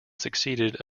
succeeded